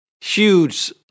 huge